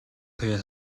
туяа